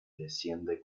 desciende